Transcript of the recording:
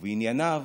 ובענייניו